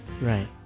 Right